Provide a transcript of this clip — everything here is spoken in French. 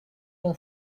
ton